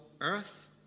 Earth